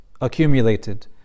accumulated